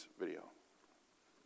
video